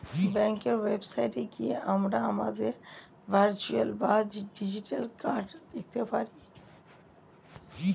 ব্যাঙ্কের ওয়েবসাইটে গিয়ে আমরা আমাদের ভার্চুয়াল বা ডিজিটাল কার্ড দেখতে পারি